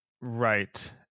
Right